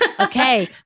Okay